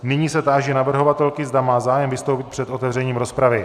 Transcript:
Nyní se táži navrhovatelky, zda má zájem vystoupit před otevřením rozpravy.